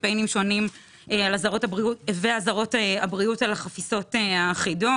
קמפיינים שונים ואזהרות הבריאות על חפיסות הסיגריות האחידות.